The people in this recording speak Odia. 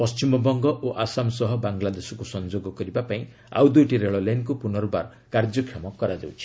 ପଣ୍ଟିମବଙ୍ଗ ଓ ଆସାମ ସହ ବାଂଲାଦେଶକୁ ସଂଯୋଗ କରିବା ପାଇଁ ଆଉ ଦୁଇଟି ରେଳଲାଇନ୍କୁ ପୁନର୍ବାର କାର୍ଯ୍ୟକ୍ଷମ କରାଯାଉଛି